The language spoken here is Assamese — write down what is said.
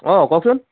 অ' কওকচোন